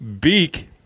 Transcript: Beak